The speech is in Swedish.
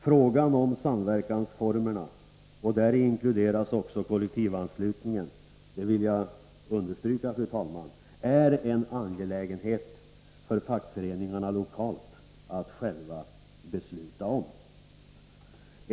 Frågan om samverkansformerna, och däri inkluderas kollektivanslutningen, är — det vill jag understryka, fru talman — en angelägenhet för fackföreningarna lokalt att besluta om.